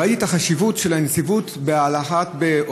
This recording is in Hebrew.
ראיתי את החשיבות של הנציבות בהולכת